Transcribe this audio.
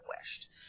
wished